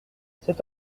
cet